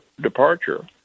departure